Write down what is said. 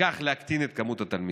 וכך להקטין את מספר התלמידים,